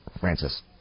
Francis